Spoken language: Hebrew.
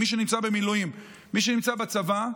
מי שנמצא במילואים, מי שנמצא בצבא,